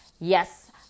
Yes